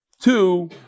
two